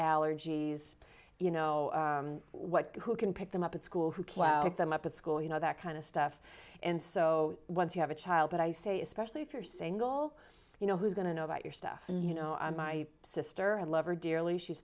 allergies you know what who can pick them up at school who claim them up at school you know that kind of stuff and so once you have a child but i say especially if you're single you know who's going to know about your stuff and you know i'm my sister i love her dearly she's